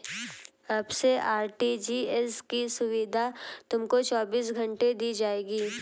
अब से आर.टी.जी.एस की सुविधा तुमको चौबीस घंटे दी जाएगी